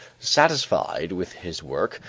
satisfied with his work,